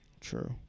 True